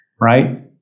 right